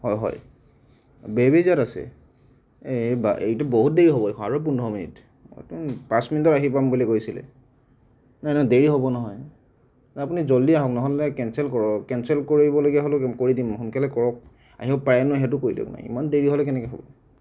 হয় হয় বেবেজীয়াত আছে এইটো বহুত দেৰি হ'ব দেখোন আৰু পোন্ধৰ মিনিট পাঁচ মিনিটত আহি পাম বুলি কৈছিলে নাই নাই দেৰি হ'ব নহয় নাই আপুনি জল্ডি আহক নহ'লে কেনচেল কৰক কেনচেল কৰিব লগীয়া হ'লেও কৰি দিম সোনকালে কৰক আহিব পাৰে নে নোৱাৰে সেইটো কৈ দিয়কনা ইমান দেৰি হ'লে কেনেকৈ হ'ব